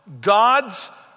God's